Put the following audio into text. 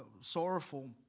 sorrowful